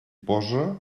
posa